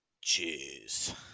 Cheers